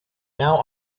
now